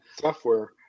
software